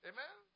Amen